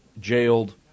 jailed